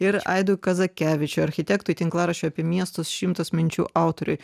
ir aidui kazakevičiui architektui tinklaraščio apie miestus šimtas minčių autoriui